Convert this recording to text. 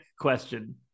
question